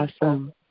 awesome